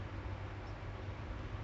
no for me my